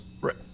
Right